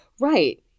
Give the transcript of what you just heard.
Right